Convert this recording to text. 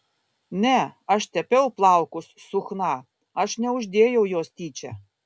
ne aš tepiau plaukus su chna aš neuždėjau jos tyčia